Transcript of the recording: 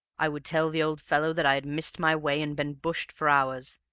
i would tell the old fellow that i had missed my way and been bushed for hours,